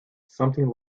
something